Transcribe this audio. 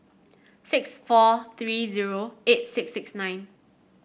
six four three zero eight six six nine